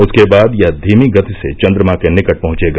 उसके बाद यह धीमी गति से चंद्रमा के निकट पहंचेगा